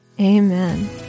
Amen